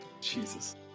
Jesus